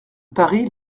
paris